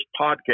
podcast